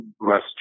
West